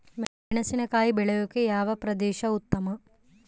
ಮೆಣಸಿನಕಾಯಿ ಬೆಳೆಯೊಕೆ ಯಾವ ಪ್ರದೇಶ ಉತ್ತಮ?